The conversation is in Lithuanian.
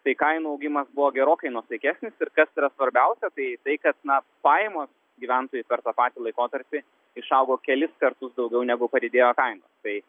tai kainų augimas buvo gerokai nuosaikesnis ir kas yra svarbiausia tai tai kad na pajamos gyventojų per tą patį laikotarpį išaugo kelis kartus daugiau negu padidėjo kainos tai